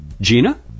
Gina